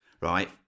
right